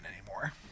anymore